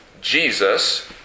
Jesus